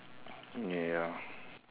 ya